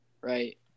Right